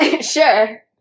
Sure